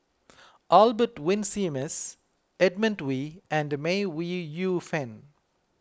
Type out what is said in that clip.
Albert Winsemius Edmund Wee and May Ooi Yu Fen